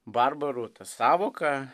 barbarų ta sąvoka